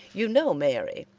you know, mary,